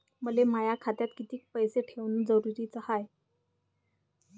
मले माया खात्यात कितीक पैसे ठेवण जरुरीच हाय?